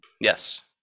Yes